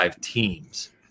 teams